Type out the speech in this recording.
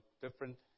different